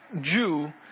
Jew